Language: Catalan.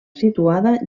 situada